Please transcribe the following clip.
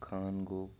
Khan گو